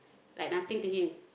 like nothing to him